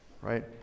right